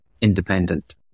independent